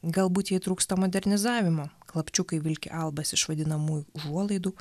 galbūt jai trūksta modernizavimo klapčiukai vilki albas iš vadinamųjų užuolaidų